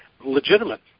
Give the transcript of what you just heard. legitimate